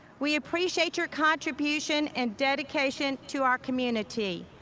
we appreciate your contribution and dedication to our community.